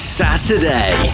saturday